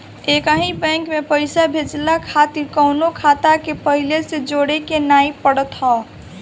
एकही बैंक में पईसा भेजला खातिर कवनो खाता के पहिले से जोड़े के नाइ पड़त हअ